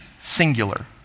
singular